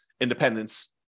independence